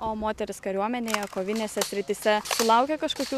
o moterys kariuomenėje kovinėse srityse sulaukia kažkokių